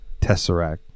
tesseract